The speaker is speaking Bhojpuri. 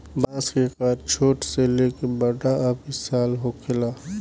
बांस के आकर छोट से लेके बड़ आ विशाल होखेला